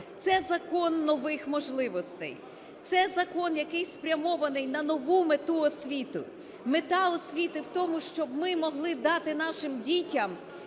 це закон нових можливостей, це закон, який спрямований на нову мету освіти. Мета освіти в тому, щоб ми могли дати нашим дітям